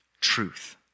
truth